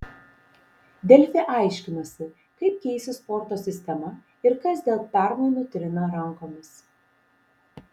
delfi aiškinosi kaip keisis sporto sistema ir kas dėl permainų trina rankomis